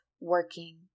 working